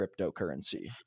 cryptocurrency